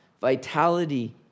vitality